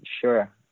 sure